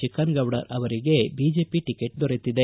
ಚಿಕ್ಕನಗೌಡರ ಅವರಿಗೆ BJP ticket ದೊರೆತಿದೆ